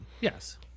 yes